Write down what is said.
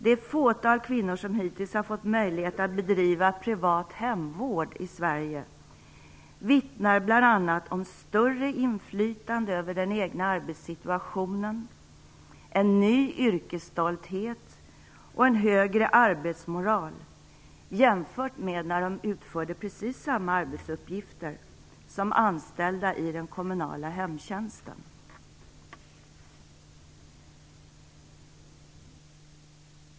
De fåtal kvinnor som hittills har fått möjlighet att bedriva privat hemvård i Sverige vittnar bl.a. om större inflytande över den egna arbetssituationen, en ny yrkesstolthet och en högre arbetsmoral jämfört med när de utförde precis samma arbetsuppgifter som anställda i den kommunala hemtjänsten.